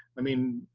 i mean,